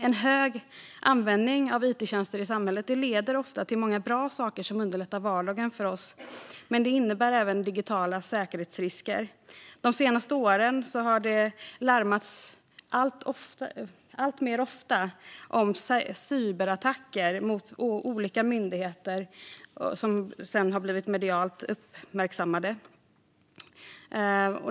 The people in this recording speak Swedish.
En hög användning av it-tjänster i samhället leder ofta till många bra saker som underlättar vardagen för oss, men det innebär även digitala säkerhetsrisker. De senaste åren har det larmats allt oftare om cyberattacker mot olika myndigheter, som sedan har blivit medialt uppmärksammade.